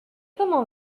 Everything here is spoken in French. comment